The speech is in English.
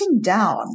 down